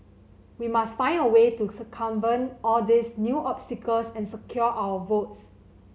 we must find a way to circumvent all these new obstacles and secure our votes